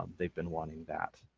they've been wanting that.